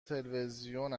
تلویزیون